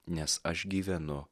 nes aš gyvenu